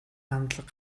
хандлага